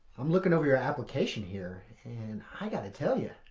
i'm looking over your application here and i gotta tell ya.